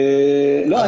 אבל